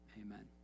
Amen